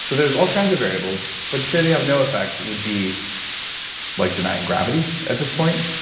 so there's all kinds of variables, but to say they have no effect, would be like denying gravity at this point.